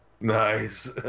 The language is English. Nice